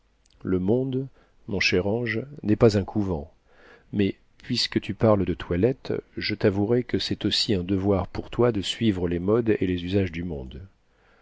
le monde mon cher ange n'est pas un couvent mais puisque tu parles de toilette je t'avouerai que c'est aussi un devoir pour toi de suivre les modes et les usages du monde